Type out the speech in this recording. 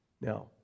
Now